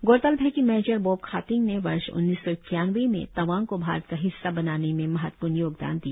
गौरतलब है कि मेजर बोब खातिंग ने वर्ष उन्नीस सौ इक्यानवे में तवांग को भारत का हिस्सा बनाने में महत्वपूर्ण योगदान दिया